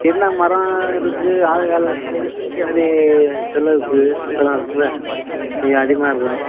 என்ன மரம் இருக்குது ஆளு செலவு இருக்குது இந்த மாதிரி செலவுக்கு மற்ற இதெல்லாம் இருக்குதுல கொஞ்சம் அதிகமாக இருக்கும்